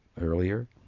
earlier